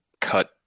cut